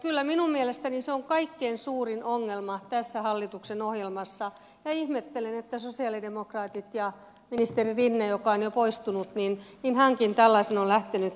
kyllä minun mielestäni se on kaikkein suurin ongelma tässä hallituksen ohjelmassa ja ihmettelen sosialidemokraatteja ja sitä että ministeri rinnekin joka on jo poistunut tällaisen on lähtenyt hyväksymään